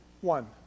One